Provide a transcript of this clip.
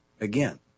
Again